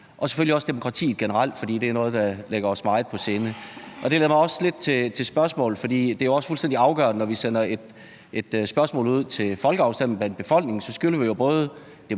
og selvfølgelig også demokratiet generelt, fordi det jo er noget, der ligger os meget på sinde. Og det leder også lidt til spørgsmål, for det er også fuldstændig afgørende, at når vi sender et spørgsmål ud til afstemning blandt befolkningen, så skylder vi jo både demokrati